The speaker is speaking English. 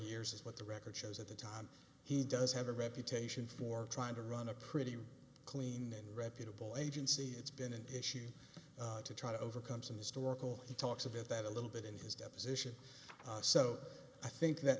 years is what the record shows at the time he does have a reputation for trying to run a pretty clean reputable agency it's been an issue to try to overcome some historical he talks about that a little bit in his deposition so i think that